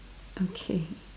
okay